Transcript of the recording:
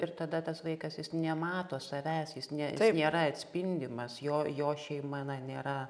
ir tada tas vaikas jis nemato savęs jis nė nėra atspindimas jo jo šeima na nėra